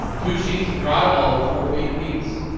two sheets of drywall or four feet apiece